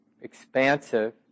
Expansive